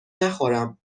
نخورم